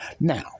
Now